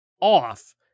off